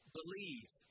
believe